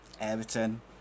Everton